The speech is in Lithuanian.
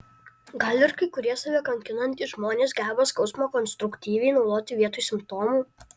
gal ir kai kurie save kankinantys žmonės geba skausmą konstruktyviai naudoti vietoj simptomų